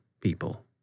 people